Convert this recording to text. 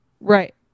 Right